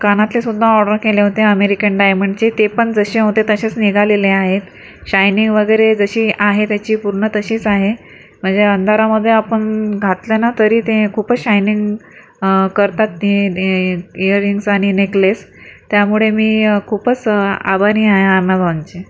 कानातले सुध्दा ऑर्डर केले होते अमेरिन डायमंडचे ते पण जशे होते तशेच निगालेले आहेत शायनिंग वगेरे जशी आहे त्याची पुर्न तशीच आहे म्हणजे अंधारामधे आपण घातले ना तरी ते खुपच शायनिंग करतात ते हे इयरिंग्ज आनी नेकलेस त्यामुळे मी खुपंच आभारी आहे ॲमेझॉनची